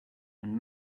and